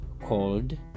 called